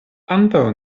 antaŭ